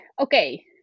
okay